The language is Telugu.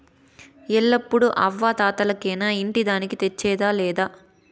ఎప్పుడూ అవ్వా తాతలకేనా ఇంటి దానికి తెచ్చేదా లేదా